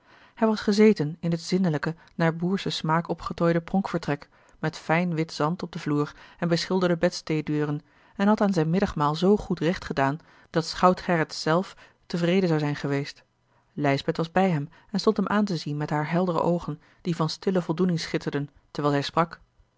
hij was gezeten in het zindelijke naar boerschen smaak opgetooide pronkvertrek met fijn wit zand op den vloer en beschilderde bedsteêdeuren en had aan zijn middagmaal zoo goed recht gedaan dat schout gerrit zelf tevreden zou zijn geweest lijsbeth was bij hem en stond hem aan te zien met hare heldere oogen die van stille voldoening schitterden terwijl zij sprak